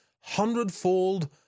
hundredfold